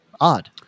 odd